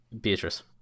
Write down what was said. Beatrice